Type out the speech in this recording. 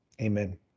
amen